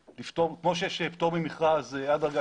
כמו שיש פטור ממכרז עד דרגה